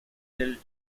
del